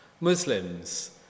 Muslims